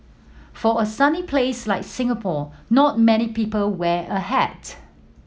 for a sunny place like Singapore not many people wear a hat